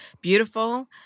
beautiful